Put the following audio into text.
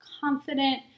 confident